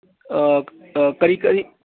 ꯀꯔꯤ ꯀꯔꯤ